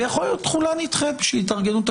ויכול להיות תחולה נדחית בשביל התארגנות תקציבית.